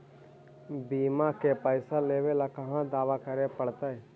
बिमा के पैसा लेबे ल कहा दावा करे पड़तै?